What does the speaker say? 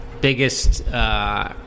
biggest